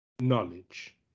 knowledge